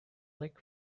leg